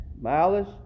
malice